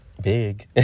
big